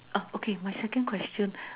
ah okay my second question